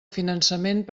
finançament